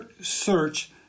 search